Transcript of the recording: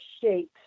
shapes